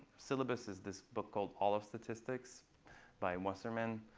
syllabus is this book called all of statistics by wasserman.